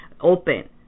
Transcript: open